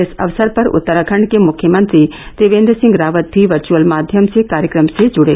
इस अवसर पर उत्तराखंड के मुख्यमंत्री त्रिवेंद्र सिंह रावत भी वर्चुअल माध्यम से कार्यक्रम से जुड़े